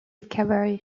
cabaret